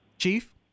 Chief